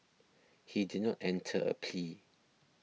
he did not enter a plea